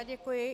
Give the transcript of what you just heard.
Děkuji.